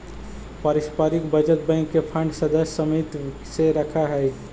पारस्परिक बचत बैंक के फंड सदस्य समित्व से रखऽ हइ